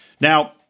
Now